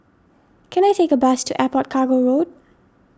can I take a bus to Airport Cargo Road